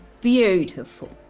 Beautiful